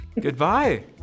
Goodbye